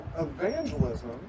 evangelism